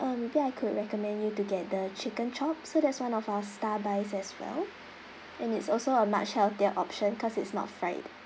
um maybe I could recommend you to get the chicken chop so that's one of our star buys as well and it's also a much healthier option because it's not fried